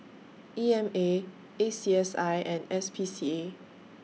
E M A A C S I and S P C A